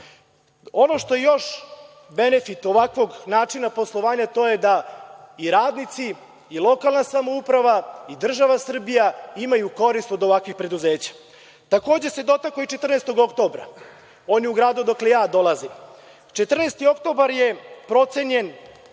što je još benefit ovakvog načina poslovanja, to je da i radnici i lokalna samouprava i država Srbija imaju korist od ovakvih preduzeća. Takođe se dotakao i „14. oktobra“. On je u gradu odakle ja dolazim. Dakle, „14. oktobar“ je procenjen